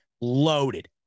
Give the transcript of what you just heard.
loaded